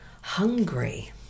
hungry